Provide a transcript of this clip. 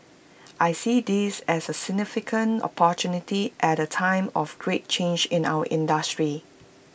I see this as A significant opportunity at A time of great change in our industry